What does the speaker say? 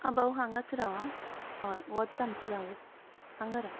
आं भाऊ हांगाच राव हा हय वोच्च आमचो जागो हांगा राव